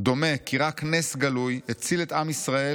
"דומה כי רק נס גלוי הציל את עם ישראל